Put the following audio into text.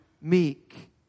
meek